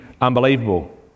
unbelievable